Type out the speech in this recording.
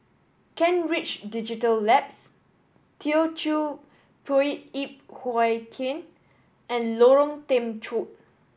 Kent Ridge Digital Labs Teochew Poit Ip Huay Kuan and Lorong Temechut